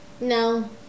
No